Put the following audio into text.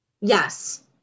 yes